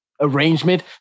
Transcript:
arrangement